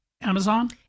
Amazon